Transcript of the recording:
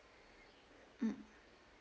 mm